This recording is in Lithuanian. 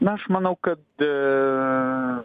na aš manau kad